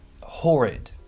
horrid